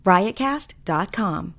Riotcast.com